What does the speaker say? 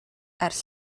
ers